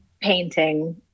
painting